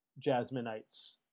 jasmineites